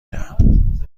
دهم